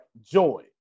joy